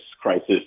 crisis